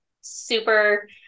super-